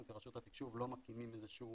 אנחנו כרשות התקשוב לא מקימים איזה שהוא